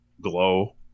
glow